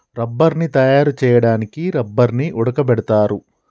రబ్బర్ని తయారు చేయడానికి రబ్బర్ని ఉడకబెడతారు